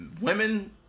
women